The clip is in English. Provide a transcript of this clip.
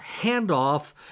handoff